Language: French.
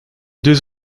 deux